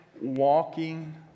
walking